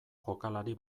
jokalari